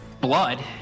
Blood